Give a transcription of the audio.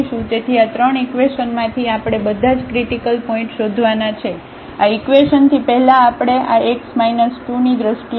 તેથી આ ત્રણ ઇકવેશન માંથી આપણે બધા જ ક્રિટીકલ પોઇન્ટ શોધવાના છે આ ઇકવેશન થી પહેલા આપણે આ x 2 ની દ્રષ્ટિએ લખીશું